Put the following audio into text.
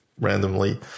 randomly